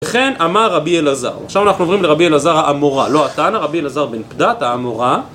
וכן אמר רבי אלעזר, עכשיו אנחנו עוברים לרבי אלעזר האמורא, לא התנא רבי אלעזר בן פדת האמורא